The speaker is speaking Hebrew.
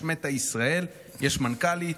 יש מטא ישראל, יש מנכ"לית.